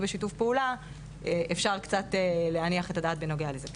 בשיתוף פעולה אפשר קצת להניח את הדעת בנושא הזה.